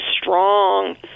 strong